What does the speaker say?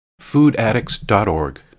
foodaddicts.org